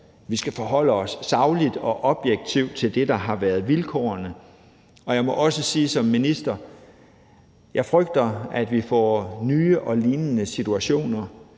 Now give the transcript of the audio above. Vi skal forholde os sagligt og objektivt til det, der har været vilkårene, og jeg må også sige som minister, at jeg frygter, at vi får nye og lignende situationer,